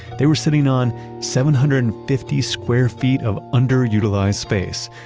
they were sitting on seven hundred and fifty square feet of under-utilized space.